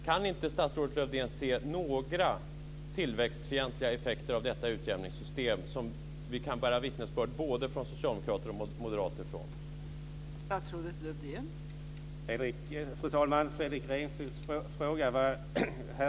Kan inte statsrådet Lövdén se några tillväxtfientliga effekter av detta utjämningssystem som både socialdemokrater och moderater kan bära vittnesbörd om?